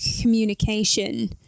communication